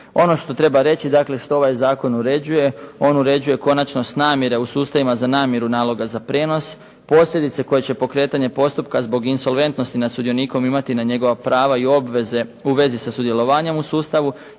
Ono što treba reći, dakle, što ovaj zakon uređuje, on uređuju konačnost namire u sustavima za namiru naloga za prijenos, posljedice koje će pokretanje postupka zbog insolventnosti nad sudionikom imati na njegova prava i obveze u svezi sa sudjelovanjem u sustavu